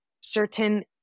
certain